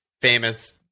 famous